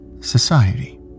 society